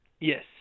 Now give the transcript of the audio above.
Yes